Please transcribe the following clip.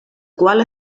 qual